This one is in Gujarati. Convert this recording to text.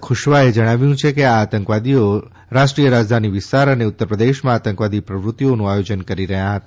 ખુશ્વાહએ જણાવવ્યું કે આ આતંકવાદીઓ રાષ્ટ્રીય રાજધાની વિસ્તાર અને ઉત્તર પ્રદેશમાં આતંકવાદી પ્રવૃત્તિઓ કરવાનું આયોજન કરી રહ્યા હતા